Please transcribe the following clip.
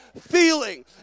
feeling